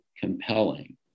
compelling